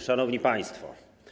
Szanowni Państwo!